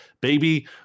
baby